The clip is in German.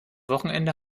wochenende